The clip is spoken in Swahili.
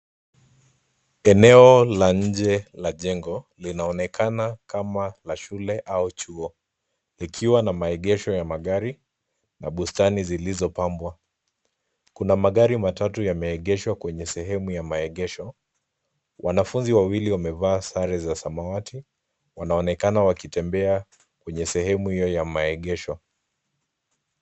Eneo la nje la jengo linaonekana kama la shule au chuo, likiwa na maegesho ya magari na bustani zilizopambwa. Kuna magari matatu yameegeshwa kwenye sehemu ya maegesho. Wanafunzi wawili wamevaa sare za samawati, wanaonekana wakitembea kwenye sehemu hiyo ya maegesho.